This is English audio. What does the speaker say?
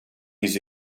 his